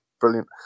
brilliant